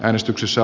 äänestyksessä